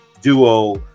duo